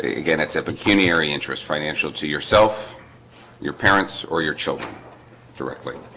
ah again, it's a pecuniary interest financial to yourself your parents or your children directly